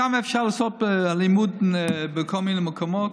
כמה אפשר לטפל באלימות בכל מיני מקומות?